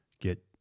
get